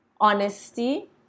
honesty